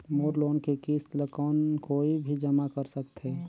मोर loan के किस्त ल कौन कोई भी जमा कर सकथे?